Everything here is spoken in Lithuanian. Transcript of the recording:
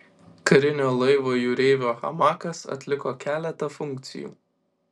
karinio laivo jūreivio hamakas atliko keletą funkcijų